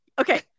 Okay